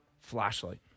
flashlight